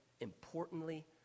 importantly